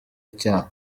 icyaha